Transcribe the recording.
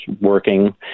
working